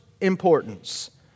importance